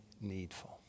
needful